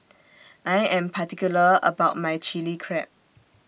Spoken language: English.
I Am particular about My Chilli Crab